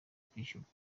kwishyurwa